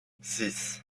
six